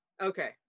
Okay